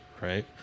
Right